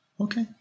okay